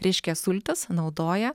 reiškia sultis naudoja